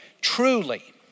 truly